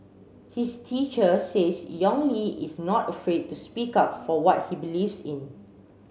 his teacher says Yong Li is not afraid to speak up for what he believes in